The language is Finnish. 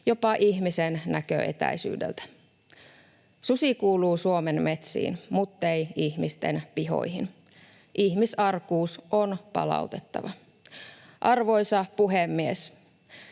jopa ihmisen näköetäisyydeltä. Susi kuuluu Suomen metsiin, muttei ihmisten pihoihin. Ihmisarkuus on palautettava. Arvoisa puhemies!